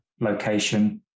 location